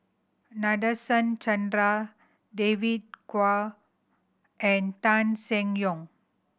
Nadasen Chandra David Kwo and Tan Seng Yong